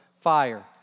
fire